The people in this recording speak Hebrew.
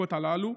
בבדיקות הללו?